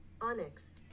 Onyx